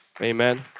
Amen